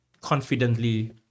confidently